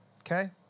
Okay